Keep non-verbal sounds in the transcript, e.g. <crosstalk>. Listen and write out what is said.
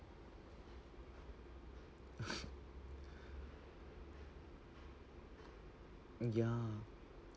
<breath> ya